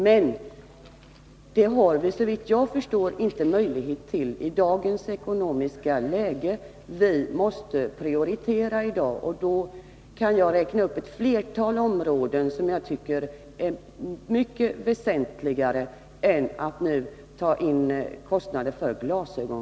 Men det har vi, såvitt jag förstår, inte möjlighet till i dagens ekonomiska läge. Vi måste prioritera, och då kan jag räkna upp ett flertal områden som jag tycker är mycket väsentligare än det vi nu talar om — att generellt ta in kostnader för glasögon.